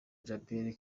djabel